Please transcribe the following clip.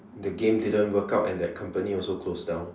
the game didn't work out and that company also closed down